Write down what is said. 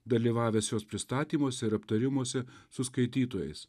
dalyvavęs jos pristatymuose ir aptarimuose su skaitytojais